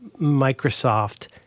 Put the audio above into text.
Microsoft